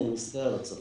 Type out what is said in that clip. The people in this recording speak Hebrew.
אם אני מסתכל על הצפון,